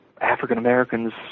African-Americans